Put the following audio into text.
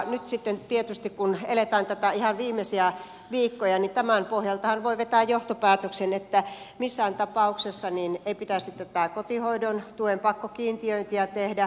nyt sitten tietysti kun eletään näitä ihan viimeisiä viikkoja tämän pohjaltahan voi vetää johtopäätöksen että missään tapauksessa ei pitäisi tätä kotihoidon tuen pakkokiintiöintiä tehdä